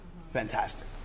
Fantastic